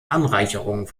anreicherung